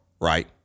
right